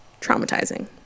Traumatizing